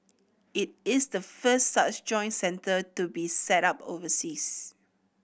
it is the first such joint centre to be set up overseas